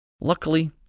Luckily